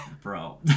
bro